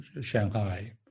Shanghai